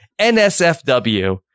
NSFW